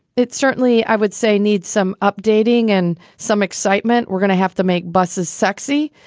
it certainly, i would say, needs some updating and some excitement. we're gonna have to make buses sexy,